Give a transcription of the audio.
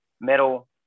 metal